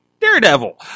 Daredevil